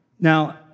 Now